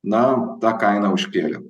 na tą kainą užkėlė